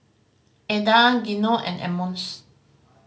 Eda Gino and Emmons